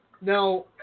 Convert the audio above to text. Now